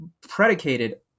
predicated